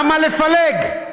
למה לפלג?